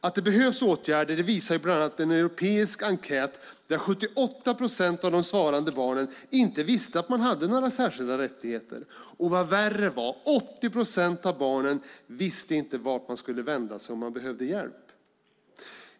Att det behövs åtgärder visar bland annat en europeisk enkät där 78 procent av de svarande barnen inte visste att de hade några särskilda rättigheter, och vad värre var är att 80 procent av barnen inte visste vart de skulle vända sig om de behövde hjälp.